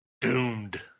doomed